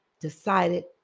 decided